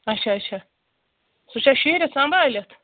اچھا اچھا سُہ چھا شیٖرِتھ سَمبالِتھ